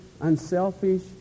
unselfish